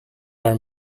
are